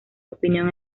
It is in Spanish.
opinión